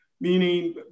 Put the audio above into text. Meaning